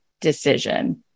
decision